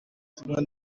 tumwe